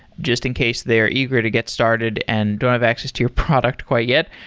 just in case they're eager to get started and don't have access to your product quite yet.